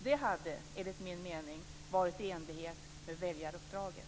Det hade, enligt min mening, varit i enlighet med väljaruppdraget.